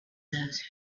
those